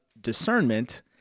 discernment